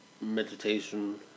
meditation